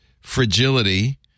fragility